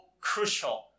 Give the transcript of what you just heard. crucial